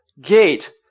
gate